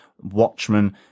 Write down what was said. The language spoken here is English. Watchmen